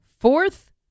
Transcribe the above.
fourth